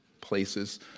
places